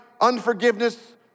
unforgiveness